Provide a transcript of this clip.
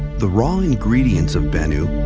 the raw ingredients of bennu,